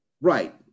Right